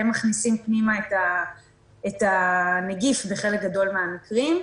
הם מכניסים פנימה את הנגיף בחלק גדול מהמקרים.